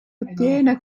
ottiene